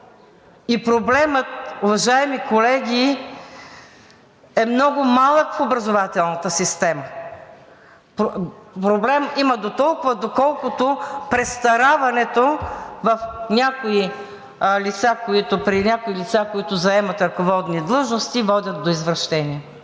Проблемът, уважаеми колеги, е много малък в образователната система. Проблем има дотолкова, доколкото престараването при някои лица, които заемат ръководни длъжности, водят до извращения.